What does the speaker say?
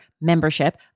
membership